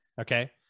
okay